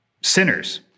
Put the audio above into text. sinners